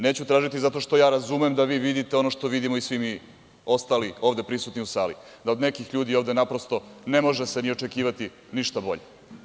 Neću tražiti zato što ja razumem da vi vidite ono što vidimo i svi ostali ovde prisutni u sali, da od nekih ljudi ovde ne može se naprosto ni očekivati ništa bolje.